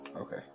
Okay